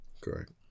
Correct